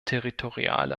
territoriale